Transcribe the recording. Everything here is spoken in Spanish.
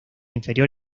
inferior